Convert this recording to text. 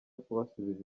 kubasubiza